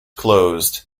closed